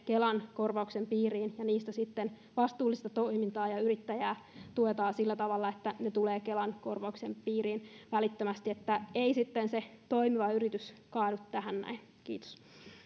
kelan korvauksen piiriin ja niistä sitten vastuullista toimintaa ja yrittäjää tuetaan sillä tavalla että ne tulevat kelan korvauksen piiriin välittömästi ja se toimiva yritys ei sitten kaadu tähän kiitos